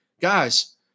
guys